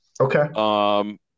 Okay